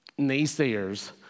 naysayers